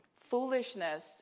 Foolishness